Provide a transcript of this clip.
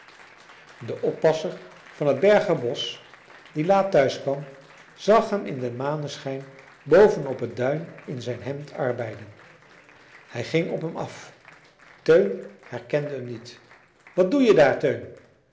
de oppasser van het berger bosch die laat tehuiskwam zag hem in den maneschijn boven op het duin in zijn hemd arbeiden hij ging op hem af teun herkende hem niet wat doe je daar teun